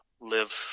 live